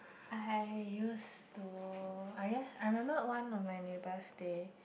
I used to I guess I remembered one of my neighbour stay